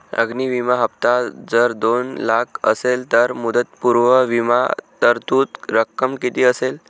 अग्नि विमा हफ्ता जर दोन लाख असेल तर मुदतपूर्व विमा तरतूद रक्कम किती असेल?